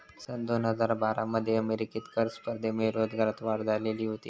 सन दोन हजार बारा मध्ये अमेरिकेत कर स्पर्धेमुळे रोजगारात वाढ झालेली होती